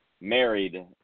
married